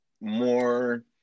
more